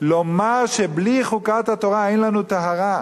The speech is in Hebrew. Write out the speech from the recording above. לומר שבלי חוקת התורה אין לנו טהרה.